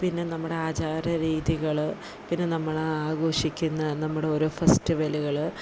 പിന്നെ നമ്മുടെ ആചാര രീതികള് പിന്നെ നമ്മള് ആഘോഷിക്കുന്ന നമ്മുടെ ഓരോ ഫെസ്റ്റിവലുകള്